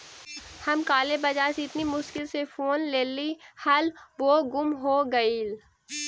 हम काले बाजार से इतनी मुश्किल से फोन लेली हल वो गुम हो गेलई